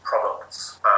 products